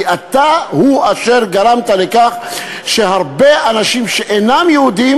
כי אתה הוא אשר גרם לכך שהרבה אנשים שאינם יהודים